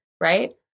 right